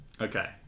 Okay